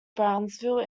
brownsville